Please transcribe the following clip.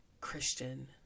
Christian